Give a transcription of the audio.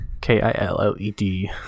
K-I-L-L-E-D